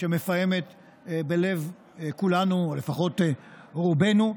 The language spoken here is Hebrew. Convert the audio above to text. שמפעמת בלב כולנו, לפחות רובנו.